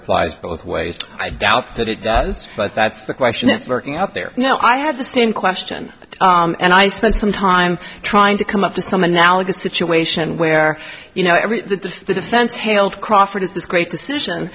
applies both ways i doubt that it does but that's the question that's working out there now i had the same question and i spent some time trying to come up with some analogous situation where you know the defense hailed crawford is this great decision